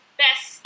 best